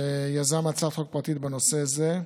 שיזם הצעת חוק פרטית בנושא זה.